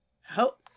Help